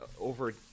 over